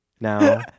now